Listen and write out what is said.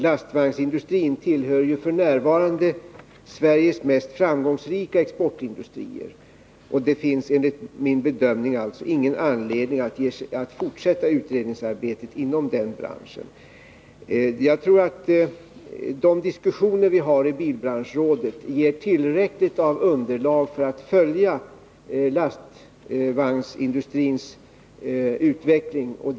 Lastvagnsindustrin tillhör f. n. Sveriges mest framgångsrika exportindustrier. Det finns därför enligt min bedömning ingen anledning att fortsätta utredningsarbetet inom den branschen. Jag tror att de diskussioner som förekommer i bilbranschrådet ger tillräckligt underlag för att vi skall kunna följa utvecklingen på lastvagnssidan.